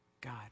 God